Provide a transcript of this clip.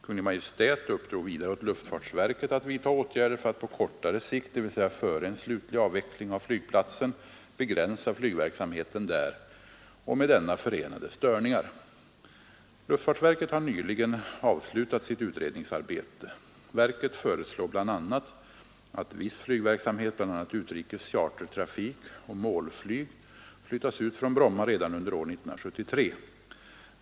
Kungl. Maj:t uppdrog vidare åt luftfartsverket att vidta åtgärder för att på kortare sikt — dvs. före en slutlig avveckling av flygplatsen — begränsa flygverksamheten där och med denna förenade störningar. Luftfartsverket har nyligen avslutat sitt utredningsarbete. Verket föreslår bl.a. att viss flygverksamhet, bl.a. utrikes chartertrafik och målflyg, flyttas ut från Bromma redan under år 1973.